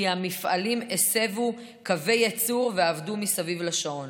כי המפעלים הסבו קווי ייצור ועבדו מסביב לשעון.